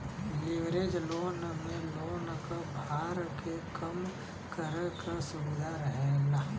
leverage loan में loan क भार के कम करे क सुविधा रहेला